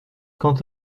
quant